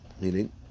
Meaning